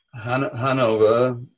Hanover